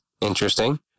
Interesting